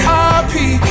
happy